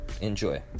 Enjoy